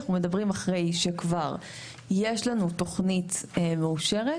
אנחנו מדברים אחרי שכבר יש לנו תוכנית מאושרת,